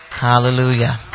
Hallelujah